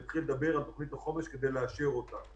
להתחיל לדבר על תוכנית החומש כדי לאשר אותה.